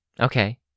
Okay